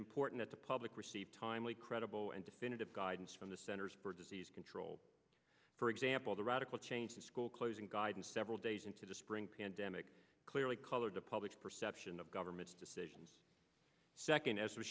important at the public receive timely credible and definitive guidance from the centers for disease control for example the radical change in school closing guidance several days into the spring pandemic clearly colored the public perception of government decisions second as